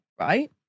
right